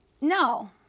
No